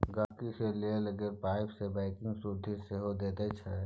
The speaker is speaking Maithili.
गांहिकी सँ लेल गेल पाइ पर सेबिंग बैंक सुदि सेहो दैत छै